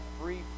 free